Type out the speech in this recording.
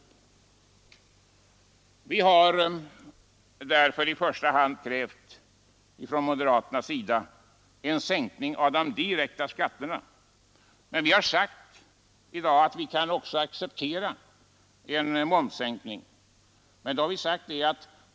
Vi har därför från moderaternas sida i första hand krävt en sänkning av de direkta skatterna. Men vi har sagt i dag att vi också kan acceptera en momssänkning.